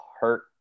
hurt